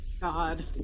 God